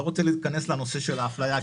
לא רוצה להיכנס לנושא האפליה,